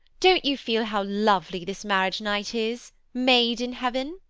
don't you feel how lovely this marriage night is, made in heaven?